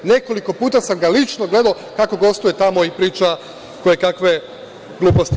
Nekoliko puta sam ga lično gledao kako gostuje tamo i priča koje kakve gluposti.